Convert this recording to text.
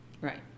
right